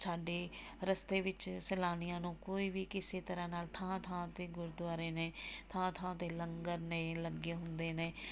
ਸਾਡੇ ਰਸਤੇ ਵਿੱਚ ਸੈਲਾਨੀਆਂ ਨੂੰ ਕੋਈ ਵੀ ਕਿਸੇ ਤਰ੍ਹਾਂ ਨਾਲ ਥਾਂ ਥਾਂ 'ਤੇ ਗੁਰਦੁਆਰੇ ਨੇ ਥਾਂ ਥਾਂ 'ਤੇ ਲੰਗਰ ਨੇ ਲੱਗੇ ਹੁੰਦੇ ਨੇ